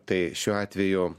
tai šiuo atveju